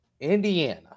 Indiana